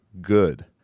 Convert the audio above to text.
good